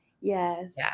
yes